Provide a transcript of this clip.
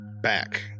back